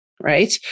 right